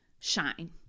shine